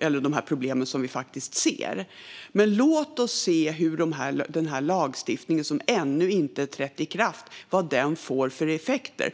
gäller de problem som vi ser. Men låt oss se vad den här lagstiftningen, som ännu inte har trätt i kraft, får för effekter.